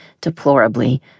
Deplorably